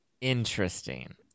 Interesting